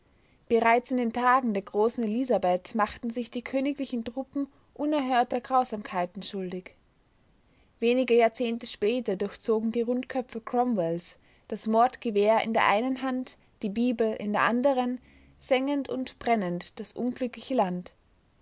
bereits in den tagen der großen elisabeth machten sich die königlichen truppen unerhörter grausamkeiten schuldig wenige jahrzehnte später durchzogen die rundköpfe cromwells das mordgewehr in der einen hand die bibel in der anderen sengend und brennend das unglückliche land